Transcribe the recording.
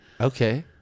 Okay